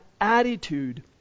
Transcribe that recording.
attitude